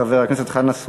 חבר הכנסת חנא סוייד.